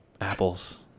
apples